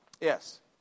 Yes